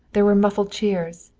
there were muffled cheers.